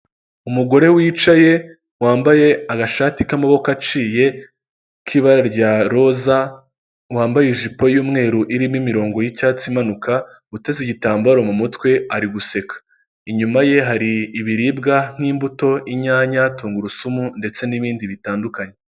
Umugore wicaye wambaye agashati k'amaboko aciye k'ibara rya roza wambaye ijipo y'umweru irimo imirongo yicyatsi imanuka uteze igitambaro mu mutwe ari guseka inyuma ye hari ibiribwa nk'imbuto inyanya tungurusumu ndetse n'ibindi bitandukanye.